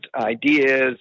ideas